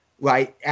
right